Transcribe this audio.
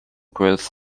growth